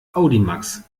audimax